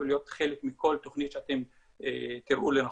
ולהיות חלק מכל תוכנית שאתם תראו לנכון.